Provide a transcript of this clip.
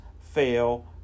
fail